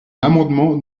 l’amendement